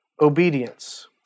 obedience